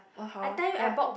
uh how ah ya